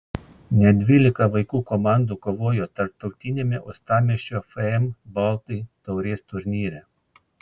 net dvylika vaikų komandų kovojo tarptautiniame uostamiesčio fm baltai taurės turnyre